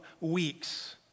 weeks